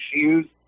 shoes